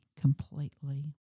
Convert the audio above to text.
completely